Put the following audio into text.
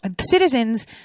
citizens